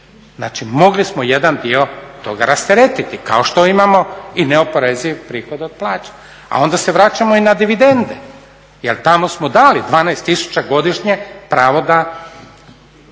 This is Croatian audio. Znači, mogli smo jedan dio toga rasteretiti kao što imamo i neoporezivi prihod od plaća. A onda se vraćamo i na dividende, jer tamo smo dali 12000 godišnje pravo da,